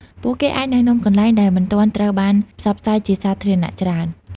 ពួកគេអាចណែនាំកន្លែងដែលមិនទាន់ត្រូវបានផ្សព្វផ្សាយជាសាធារណៈច្រើន។